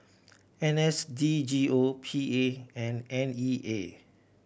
N S D G O P A and N E A